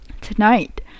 tonight